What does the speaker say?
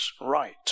right